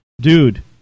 dude